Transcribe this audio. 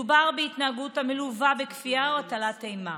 מדובר בהתנהגות המלווה בכפייה או בהטלת אימה.